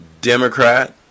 Democrat